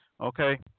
Okay